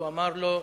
הוא אמר לו,